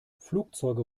flugzeuge